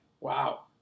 Wow